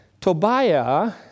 Tobiah